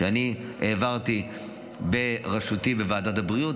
אני העברתי בראשותי בוועדת הבריאות